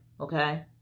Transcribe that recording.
Okay